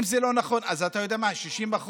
אם זה לא נכון, אז אתה יודע מה, 60%?